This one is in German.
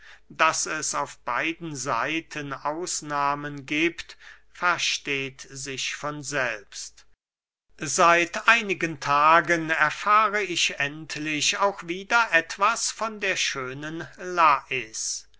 daß es auf beiden seiten ausnahmen giebt versteht sich von selbst seit einigen tagen erfahre ich endlich auch wieder etwas von der schönen lais